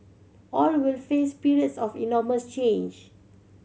all will face periods of enormous change